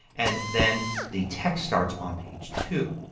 and then the text starts on page two.